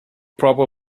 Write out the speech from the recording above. proper